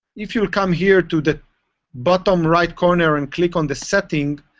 if you'll come here to the bottom right corner and click on the setting,